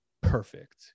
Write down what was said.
perfect